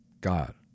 God